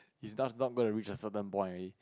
is just not gonna reach a certain point already